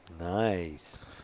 Nice